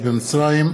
(זכויות נשים ששהו במקלט לנשים מוכות),